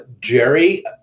Jerry